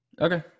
Okay